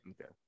Okay